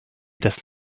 das